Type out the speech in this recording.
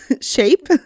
shape